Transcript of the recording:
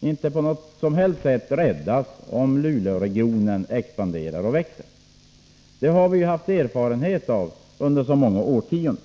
inte på något sätt räddas om Luleåregionen expanderar och växer. Det har vi haft erfarenheter av under många årtionden.